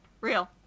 real